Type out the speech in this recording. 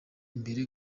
imbere